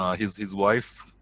um his his wife